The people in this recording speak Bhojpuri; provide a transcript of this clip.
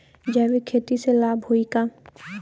जैविक खेती से लाभ होई का?